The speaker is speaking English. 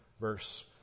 verse